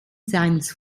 seines